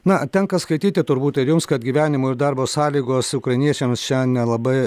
na tenka skaityti turbūt ir jums kad gyvenimo ir darbo sąlygos ukrainiečiams čia nelabai